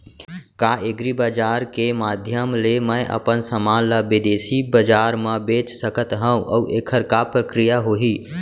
का एग्रीबजार के माधयम ले मैं अपन समान ला बिदेसी बजार मा बेच सकत हव अऊ एखर का प्रक्रिया होही?